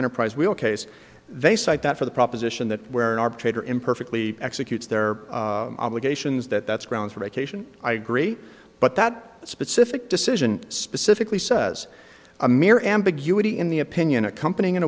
enterprise will case they cite that for the proposition that where an arbitrator imperfectly executes their obligations that that's grounds for vacation i agree but that specific decision specifically says a mere ambiguity in the opinion accompanying an